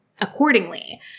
accordingly